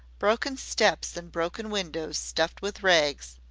broken steps and broken windows stuffed with rags,